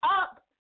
up